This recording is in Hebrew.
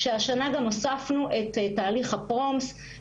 השנה גם הוספנו את תהליך ה-PROMS (patient reported outcome measures).